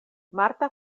marta